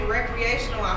recreational